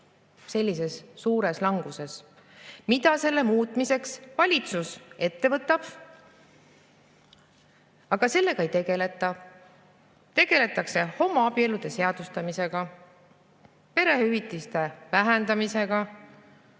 sellises suures languses. Mida selle muutmiseks valitsus ette võtab? Aga sellega ei tegeleta, tegeldakse homoabielude seadustamisega, perehüvitiste vähendamisega